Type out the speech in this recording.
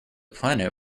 planet